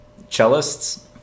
Cellists